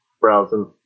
browsing